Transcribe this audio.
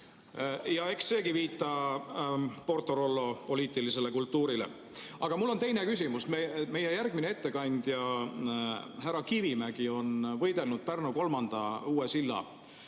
Aga eks seegi viita PortoRollo poliitilisele kultuurile. Aga mul on teine küsimus. Meie järgmine ettekandja härra Kivimägi on võidelnud ja seisnud Pärnu kolmanda, uue silla